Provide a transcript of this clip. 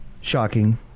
Shocking